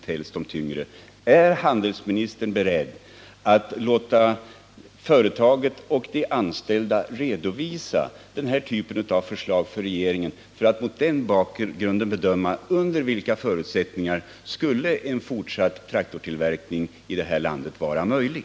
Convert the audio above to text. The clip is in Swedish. Jag vill därför fråga handelsministern: Är handelsministern beredd att låta företaget och de anställda redovisa detta förslag för regeringen för att man mot den bakgrunden skall kunna bedöma under vilka förutsättningar en fortsatt traktortillverkning i vårt land skulle vara möjlig?